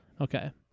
Okay